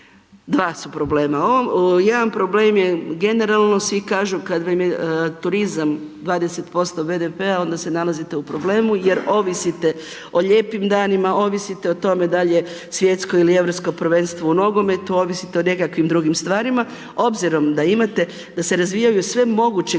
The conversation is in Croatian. dva su problema, jedan problem je generalno svi kažu kad nam je turizam 20% BDP-a onda se nalazite u problemu jer ovisite o lijepim danima, ovisite o tome da li je svjetsko ili europsko prvenstvo u nogometu, ovisite o nekakvim drugim stvarima. Obzirom da imate, da se razvijaju sve moguće